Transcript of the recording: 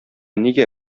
нигә